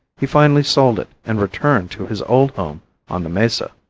he finally sold it and returned to his old home on the mesa.